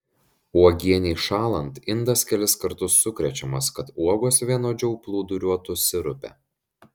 uogienei šąlant indas kelis kartus sukrečiamas kad uogos vienodžiau plūduriuotų sirupe